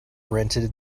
rented